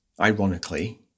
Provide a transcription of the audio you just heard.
ironically